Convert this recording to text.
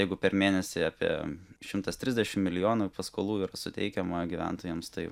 jeigu per mėnesį apie šimtas trisdešimt milijonų paskolų yra suteikiama gyventojams tai